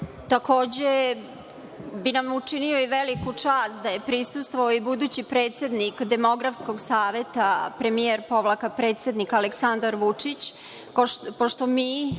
Takođe bi nam učinio i veliku čast da je prisustvovao i budući predsednik Demografskog saveta, premijer-predsednik Aleksandar Vučić, pošto mi